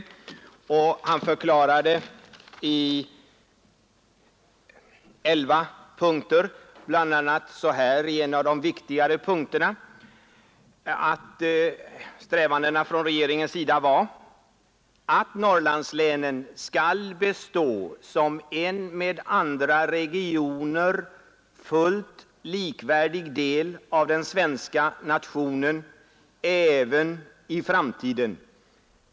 I ett viktigt avsnitt förklarade han: ”Politiken baseras på förvissningen om att Norrlandslänen skall bestå som en med andra regioner fullt likvärdig del av den svenska nationen även i framtiden.